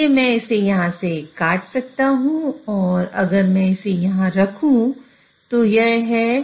इसलिए मैं इसे यहाँ से काट सकता हूँ और अगर मैं इसे यहाँ रखूँ तो यह है